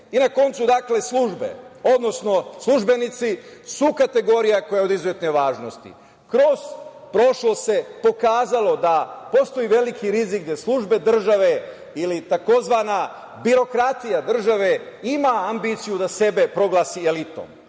koncu službe, odnosno službenici su kategorija koja je od izuzetne važnosti. Kroz prošlost se pokazalo da postoji veliki rizik gde službe države ili tzv. birokratija države ima ambiciju da sebe proglasi elitom.